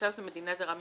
מדינה זרה מסוימת,